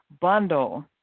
Bundle